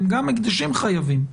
גם הקדשים חייבים.